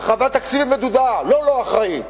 הרחבה תקציבית מדודה, לא לא-אחראית.